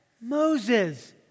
Moses